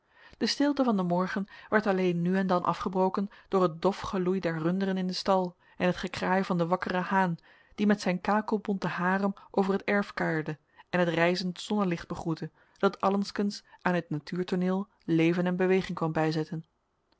de stilte van den morgen werd alleen nu en dan afgebroken door het dof geloei der runderen in den stal en het gekraai van den wakkeren haan die met zijn kakelbonten harem over het erf kuierde en het rijzend zonnelicht begroette dat allengskens aan dit natuurtooneel leven en beweging kwam bijzetten